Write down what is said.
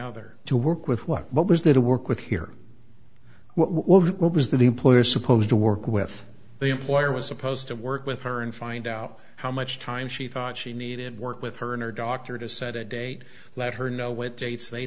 other to work with what what was there to work with here what was the employer supposed to work with the employer was supposed to work with her and find out how much time she thought she needed work with her and her doctor to set a date let her know what dates they